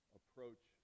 approach